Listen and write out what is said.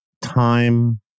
time